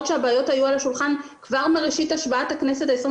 שהבעיות היו על השולחן כבר מראשית השבעת הכנסת ה-23.